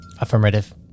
Affirmative